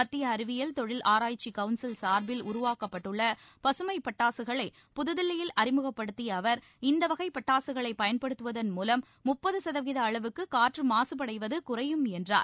மத்திய அறிவியல் தொழில் ஆராய்ச்சி கவுன்சில் சார்பில் உருவாக்கப்பட்டுள்ள பசுமைப் பட்டாசுகளை புதில்லியில் அறிமுகப்படுத்திய அவர் இந்த வகை பட்டாசுகளை பயன்படுத்துவதன் மூலம் முப்பது சதவீத அளவுக்கு காற்று மாசடைவது குறையும் என்றார்